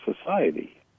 society